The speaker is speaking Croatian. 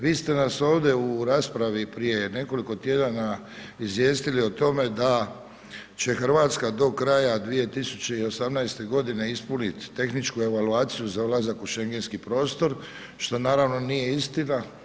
Vi ste nas ovdje u raspravi prije nekoliko tjedana izvijestili o tome da će Hrvatska do kraja 2018. g. ispuniti tehničku evaluaciju za ulazak u šengenski prostor, što naravno nije istina.